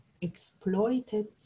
exploited